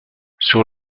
sur